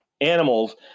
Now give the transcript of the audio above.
animals